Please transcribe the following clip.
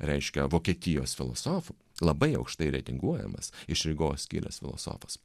reiškia vokietijos filosofų labai aukštai reitinguojamas iš rygos kilęs filosofas